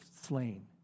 slain